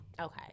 Okay